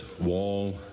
wall